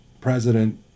President